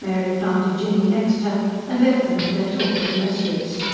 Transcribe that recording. mary planted jinny next her and left them to their talk of nurseries